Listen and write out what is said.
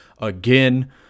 again